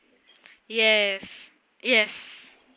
yes yes